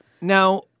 Now